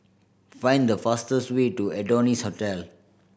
find the fastest way to Adonis Hotel